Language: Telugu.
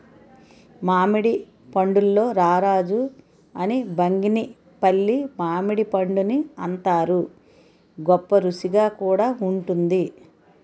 మామిడి పండుల్లో రారాజు అని బంగినిపల్లి మామిడిపండుని అంతారు, గొప్పరుసిగా కూడా వుంటుంది